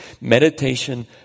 Meditation